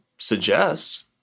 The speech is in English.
suggests